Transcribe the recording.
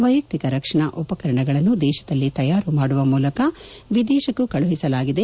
ವೈಯಕ್ತಿಯ ರಕ್ಷಣಾ ಉಪಕರಣಗಳನ್ನು ದೇಶದಲ್ಲಿ ತಯಾರು ಮಾಡುವ ಮೂಲಕ ವಿದೇಶಕ್ಕೂ ಕಳುಹಿಸಲಾಗಿದೆ